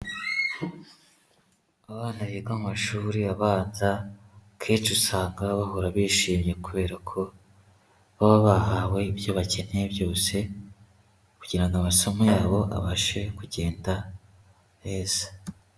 Abana biga mu amashuri abanza kenshi usanga bahora bishimye kubera ko baba bahawe ibyo bakeneye byose kugira ngo amasomo yabo abashe kugenda neza.